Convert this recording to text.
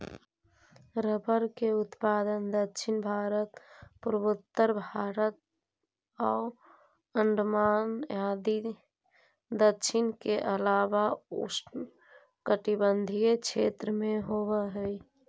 rubber के उत्पादन दक्षिण भारत, पूर्वोत्तर भारत आउ अण्डमान आदि क्षेत्र के अलावा उष्णकटिबंधीय देश में होवऽ हइ